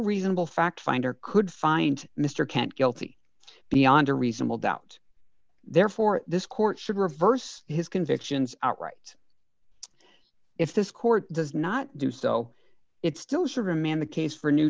reasonable fact finder could find mr kent guilty beyond a reasonable doubt therefore this court should reverse his convictions outright if this court does not do so it's still serving man the case for a new